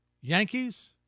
Yankees